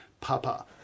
Papa